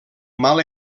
mala